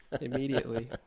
immediately